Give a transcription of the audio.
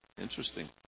interesting